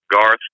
Garth